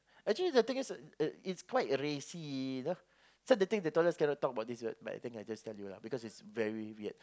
actually the thing is it it's quite racy you know so the thing is they told us cannot talk about this but but I think I just tell you lah because it's very weird